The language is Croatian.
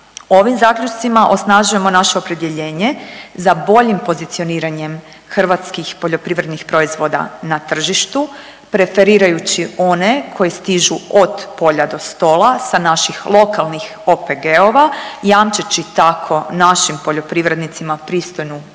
Ovim zaključcima osnažujemo naše opredjeljenje za boljim pozicioniranjem hrvatskih poljoprivrednih proizvoda na tržištu preferirajući one koji stižu od polja do stola sa naših lokalnih OPG-ova jamčeći tako našim poljoprivrednicima pristojnu zaradu